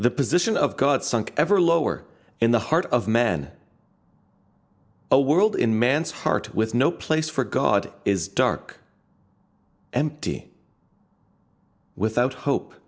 the position of god sunk ever lower in the heart of men a world in man's heart with no place for god is dark empty without hope